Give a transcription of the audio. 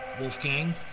Wolfgang